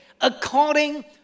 according